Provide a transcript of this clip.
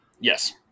Yes